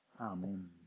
Amen